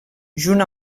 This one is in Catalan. junt